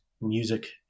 music